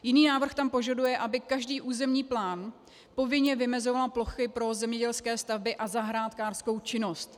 Jiný návrh tam požaduje, aby každý územní plán povinně vymezoval plochy pro zemědělské stavby a zahrádkářskou činnost.